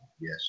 yes